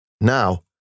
Now